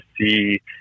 see